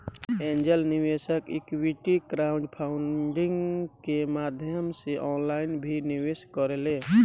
angel निवेशक equity crowdfunding के माध्यम से ऑनलाइन भी निवेश करेले